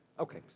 Okay